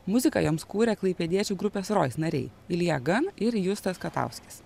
muziką joms kūrė klaipėdiečių grupės rois nariai ilja gan ir justas katauskis